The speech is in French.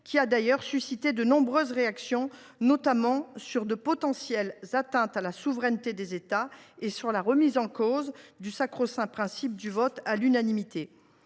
ci a d’ailleurs suscité de nombreuses réactions, portant notamment sur de potentielles atteintes à la souveraineté des États et sur la remise en cause du sacro saint principe du vote à l’unanimité.